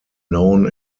known